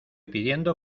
pidiendo